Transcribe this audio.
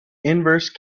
inverse